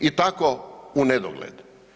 I tako u nedogled.